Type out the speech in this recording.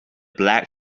black